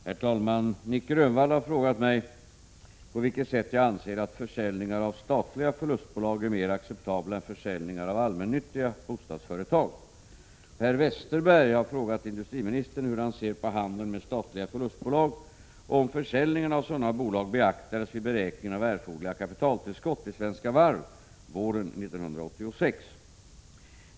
Herr talman! Nic Grönvall har frågat mig på vilket sätt jag anser att försäljningar av statliga förlustbolag är mer acceptabla än försäljningar av allmännyttiga bostadsföretag. Per Westerberg har frågat industriministern hur han ser på handel med statliga förlustbolag och om försäljningen av sådana bolag beaktades vid beräkningen av erforderliga kapitaltillskott till Svenska Varv våren 1986.